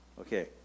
okay